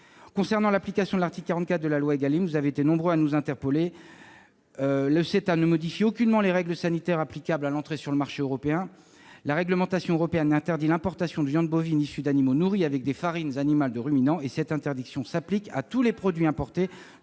concernant l'application de l'article 44 de la loi Égalim. Le CETA ne modifie aucunement les règles sanitaires applicables à l'entrée sur le marché européen. La réglementation européenne interdit l'importation de viande bovine issue d'animaux nourris avec des farines animales de ruminants et cette interdiction s'applique à tous les produits importés